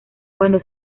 cuando